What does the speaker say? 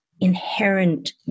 inherent